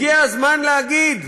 הגיע הזמן להגיד: